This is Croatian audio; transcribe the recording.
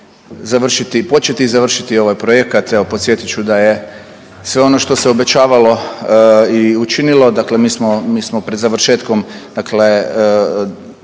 završiti, početi i završiti ovaj projekat. Evo podsjetit ću da je sve ono što se obećavalo i učinilo, dakle mi smo, mi smo pred završetkom dakle